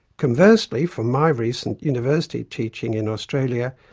conversely, from my recent university teaching in australia,